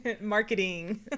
Marketing